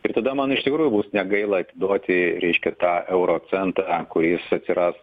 ir tada man iš tikrųjų bus negaila atiduoti reiškia tą euro centą kuris atsiras